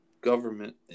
government